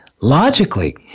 Logically